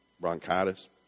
bronchitis